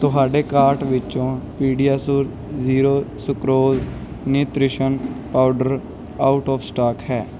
ਤੁਹਾਡੇ ਕਾਰਟ ਵਿੱਚੋਂ PediaSure zero sucrose nutrition powder out of stock ਹੈ